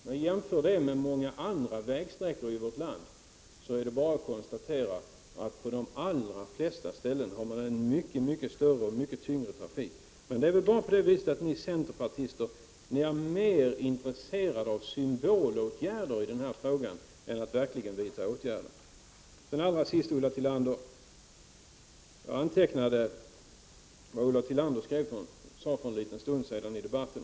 I jämförelse med andra vägsträckor i vårt land är det bara att notera att trafiken på de allra flesta ställen är mycket större och tyngre. Men ni centerpartister är mer intresserade av symbolåtgärder i den här frågan än att verkligen vidta åtgärder. Jag antecknade vad Ulla Tillander sade för en stund sedan i debatten.